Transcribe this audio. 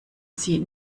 sie